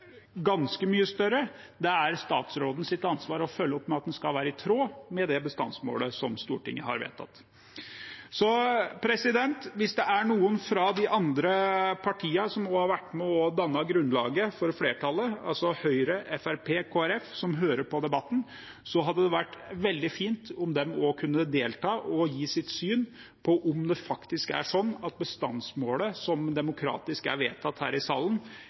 ganske mye større. Det er statsrådens ansvar å følge opp at den skal være i tråd med det bestandsmålet Stortinget har vedtatt. Hvis det er noen fra de andre partiene som har vært med og dannet grunnlaget for flertallet – altså Høyre, Fremskrittspartiet og Kristelig Folkeparti – som hører på debatten, hadde det vært veldig fint om de også kunne delta og gi sitt syn på om det faktisk er sånn at bestandsmålet, som demokratisk er vedtatt her i salen,